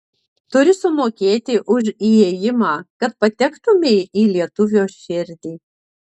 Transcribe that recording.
turi sumokėti už įėjimą kad patektumei į lietuvio širdį